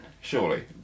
surely